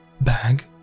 bag